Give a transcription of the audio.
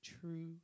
true